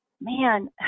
man